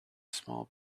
small